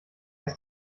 ist